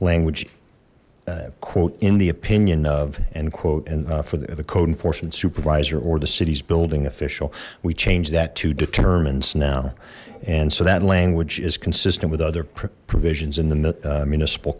language quote in the opinion of end quote and for the code enforcement supervisor or the city's building official we changed that to determines now and so that language is consistent with other provisions in the municipal